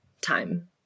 time